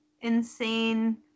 insane